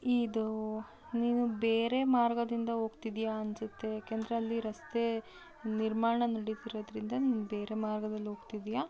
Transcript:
ಇದು ನೀನು ಬೇರೆ ಮಾರ್ಗದಿಂದ ಹೋಗ್ತಿದ್ಯಾ ಅನ್ಸುತ್ತೆ ಏಕೆಂದರೆ ಅಲ್ಲಿ ರಸ್ತೆ ನಿರ್ಮಾಣ ನಡೀತಿರೋದರಿಂದ ನೀನು ಬೇರೆ ಮಾರ್ಗದಲ್ಲಿ ಹೋಗ್ತಿದ್ದೀಯ